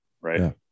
Right